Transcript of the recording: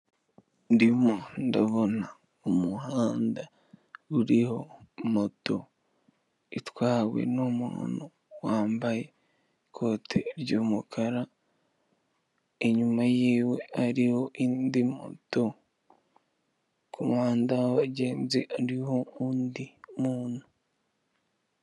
Ndimo ndabona umuhanda uriho moto itwawe n'umuntu wambaye ikote ry'umukara. Inyuma yiwe hariho indi moto ku muhanda w'abagenzi hariho undi muntu.